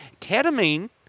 Ketamine